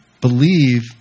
Believe